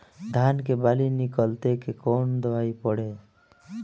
धान के बाली निकलते के कवन दवाई पढ़े?